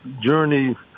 journey